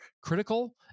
critical